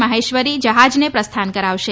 માહેશ્વરી જ્હાજને પ્રસ્થાન કરાવશે